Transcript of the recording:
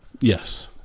Yes